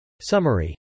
Summary